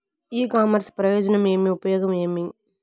ఇ commerce ప్రయోజనం ఏమి? ఉపయోగం ఏమి?